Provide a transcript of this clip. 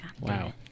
Wow